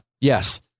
yes